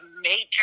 major